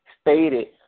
stated